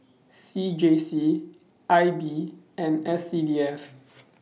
C J C I B and S C D F